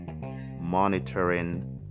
monitoring